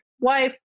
wife